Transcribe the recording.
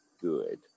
good